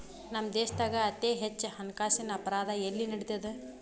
ನಮ್ಮ ದೇಶ್ದಾಗ ಅತೇ ಹೆಚ್ಚ ಹಣ್ಕಾಸಿನ್ ಅಪರಾಧಾ ಎಲ್ಲಿ ನಡಿತದ?